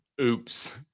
oops